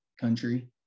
country